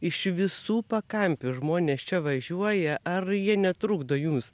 iš visų pakampių žmonės čia važiuoja ar jie netrukdo jums